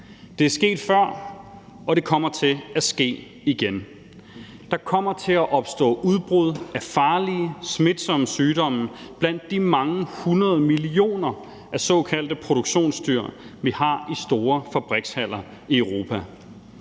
og klovsyge, og det kommer til at ske igen, altså at der kommer til at opstå udbrud af farlige smitsomme sygdomme blandt de mange hundrede millioner af såkaldte produktionsdyr, vi har i store fabrikshaller i Europa,